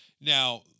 Now